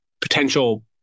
potential